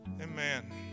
amen